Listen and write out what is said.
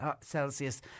Celsius